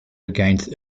against